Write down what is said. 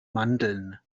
mandeln